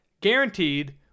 guaranteed